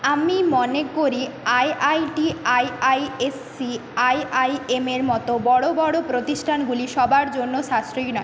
আমি মনে করি I I T I I S C I I M এর মতো বড়ো বড়ো প্রতিষ্ঠানগুলি সবার জন্য সাশ্রয়ী নয়